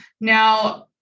Now-